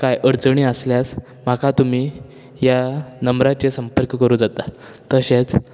कांय अडचणीं आसल्यार म्हाका तुमी ह्या नंबराचेर संपर्क कोरू जाता तशेंच